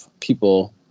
people